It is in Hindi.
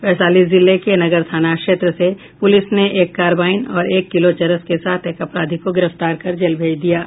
वैशाली जिले के नगर थाना क्षेत्र से पुलिस ने एक कार्बाइन और एक किलो चरस के साथ एक अपराधी को गिरफ्तार कर जेल भेज दिया है